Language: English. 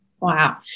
Wow